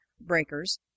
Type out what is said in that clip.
breakers